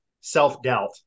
self-doubt